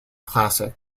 classic